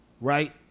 right